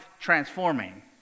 transforming